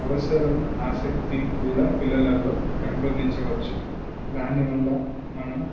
అవసరం ఆసక్తి కూడా పిల్లల్లో పెంపొందించవచ్చు దానివల్ల మనం